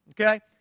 Okay